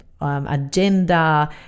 agenda